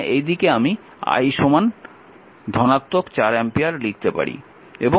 তার মানে এই দিকে আমি I ধনাত্মক 4 অ্যাম্পিয়ার লিখতে পারি